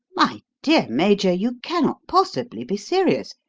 my dear major, you cannot possibly be serious!